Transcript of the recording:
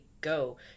go